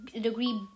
degree